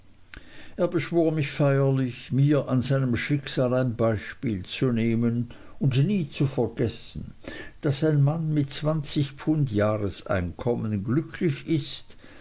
er beschwor mich feierlich mir an seinem schicksal ein beispiel zu nehmen und nie zu vergessen daß ein mann mit zwanzig pfund jahreseinkommen glücklich ist